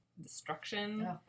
destruction